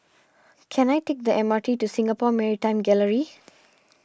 can I take the M R T to Singapore Maritime Gallery